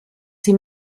sich